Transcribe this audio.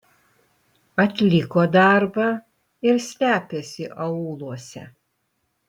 atliko darbą ir slepiasi aūluose